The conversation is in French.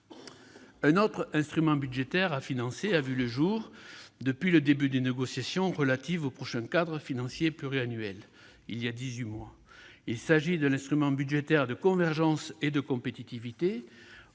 Un autre instrument budgétaire à financer a vu le jour depuis le début des négociations relatives au prochain cadre financier pluriannuel, il y a dix-huit mois. Il s'agit de l'instrument budgétaire de convergence et de compétitivité,